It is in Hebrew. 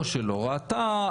או שלא ראתה,